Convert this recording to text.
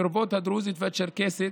לרבות הדרוזית והצ'רקסית,